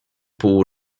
pół